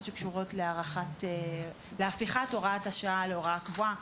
שקשורות להפיכת הוראת השעה להוראה קבועה,